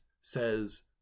says